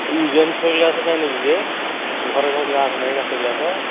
use and throw glass କାଇଁ ନେବି ଯେ ଘରେ କ'ଣ ଗ୍ଲାସ୍ ନାହିଁ କାଚ ଗ୍ଲାସ୍